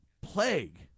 plague